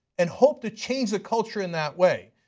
and hope to change the culture in that way.